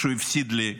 הוא הפסיד לי,